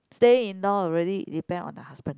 stay in law already depend on the husband